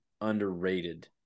underrated